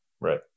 Right